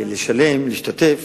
לשלם ולהשתתף,